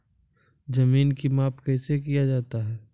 जमीन की माप कैसे किया जाता हैं?